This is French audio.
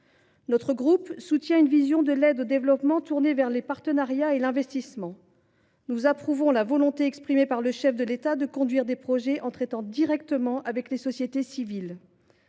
Notre groupe soutient une conception de l’aide au développement tournée vers les partenariats et l’investissement. Nous approuvons la volonté exprimée par le chef de l’État de conduire des projets en traitant directement avec les sociétés civiles.